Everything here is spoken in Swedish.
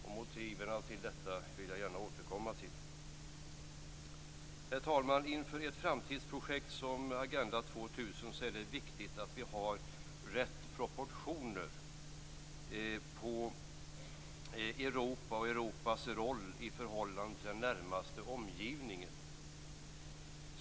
Jag vill gärna återkomma till motiven till detta. Herr talman! Inför ett framtidsprojekt som Agenda 2000 är det viktigt att vi har rätt proportioner på Europa och Europas roll i förhållande till den närmaste omgivningen.